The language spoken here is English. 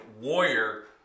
Warrior